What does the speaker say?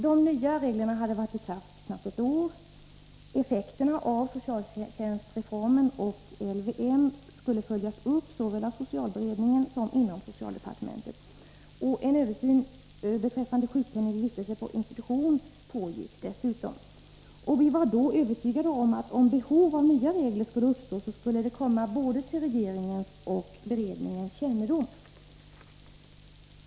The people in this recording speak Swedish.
De nya reglerna hade varit i kraft knappt ett år, effekterna av socialtjänstreformen och lagen om vård av missbrukare skulle följas upp såväl av socialberedningen som inom socialdepartementet, och en översyn beträffande sjukpenning vid vistelse på institution pågick dessutom. Vi var då också övertygade om att om behov av nya regler skulle uppstå, skulle det komma till både regeringens och beredningens kännedom.